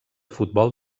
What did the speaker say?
futbol